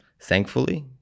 thankfully